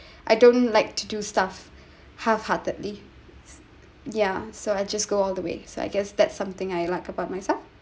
I don't like to do stuff half heartedly ya so I just go all the way so I guess that's something I like about myself